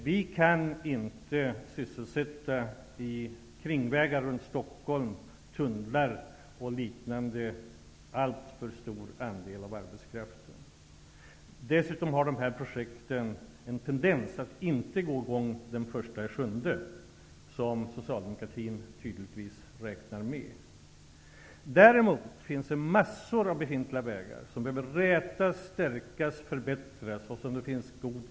Vi kan inte genom kringvägar som går runt Stockholm, genom tunnlar osv. sysselsätta någon större andel av arbetskraften. Dessutom finns beträffande de här projekten tendensen att de inte kommer i gång den 1 juli, något som Socialdemokraterna tydligen räknar med. Däremot finns det massor av befintliga vägar som behöver rätas, stärkas, förbättras, och där ekonomin är god.